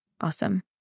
Awesome